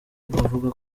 bavuga